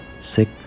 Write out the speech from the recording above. sick